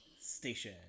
station